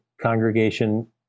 congregation